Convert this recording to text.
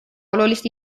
olulist